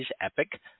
epic